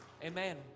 Amen